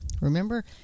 Remember